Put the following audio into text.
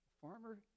farmer